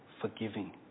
forgiving